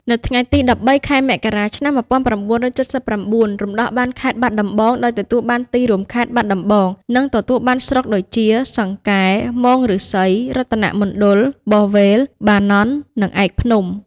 នៅថ្ងៃទី ១៣ ខែមករា ឆ្នាំ ១៩៧៩ រំដោះបានខេត្តបាត់ដំបង ដោយទទួលបានទីរួមខេត្ត បាត់ដំបង និងទទួលបានស្រុកដូចជា សង្កែ មោងឫស្សី រតនៈមណ្ឌល បរវេល បាណន់ និងឯកភ្នំ។